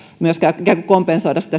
ikään kuin kompensoida